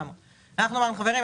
אנחנו אמרנו: חברים,